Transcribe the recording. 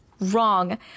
Wrong